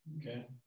Okay